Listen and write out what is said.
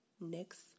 next